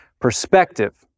perspective